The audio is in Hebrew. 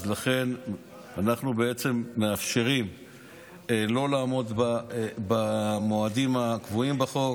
אנחנו בעצם מאפשרים לא לעמוד במועדים הקבועים בחוק